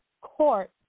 court